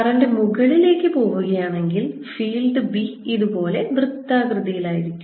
current മുകളിലേക്ക് പോവുകയാണെങ്കിൽ field b ഇതുപോലെ വൃത്താകൃതിയിലായിരിക്കും